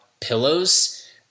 pillows